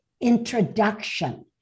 introduction